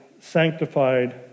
Sanctified